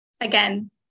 again